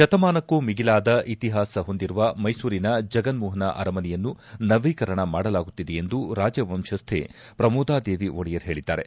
ಶತಮಾನಕ್ಕೂ ಮೀಗಿಲಾದ ಇತಿಹಾಸ ಹೊಂದಿರುವ ಮೈಸೂರಿನ ಜಗನ್ಮೋಹನ ಅರಮನೆಯನ್ನು ನವೀಕರಣ ಮಾಡಲಾಗುತ್ತಿದೆ ಎಂದು ರಾಜವಂಶಸ್ಥೆ ಪ್ರಮೋದಾ ದೇವಿ ಒಡೆಯರ್ ಹೇಳಿದ್ದಾರೆ